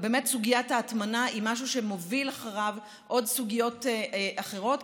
סוגיית ההטמנה היא משהו שמוביל אחריו סוגיות אחרות,